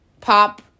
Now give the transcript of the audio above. Pop